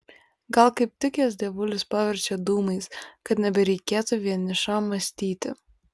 gal kaip tik jas dievulis paverčia dūmais kad nebereikėtų vienišam mąstyti